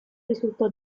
risultò